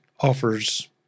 offers